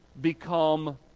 become